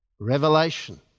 Revelation